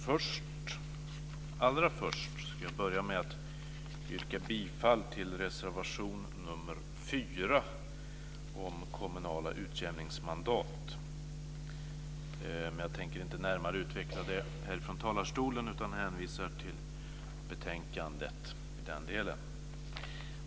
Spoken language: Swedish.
Fru talman! Jag yrkar allra först bifall till reservation nr 4 om kommunala utjämningsmandat. Jag tänker inte närmare utveckla resonemanget om detta från talarstolen utan yrkar bifall till utskottets hemställan i den delen.